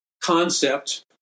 concept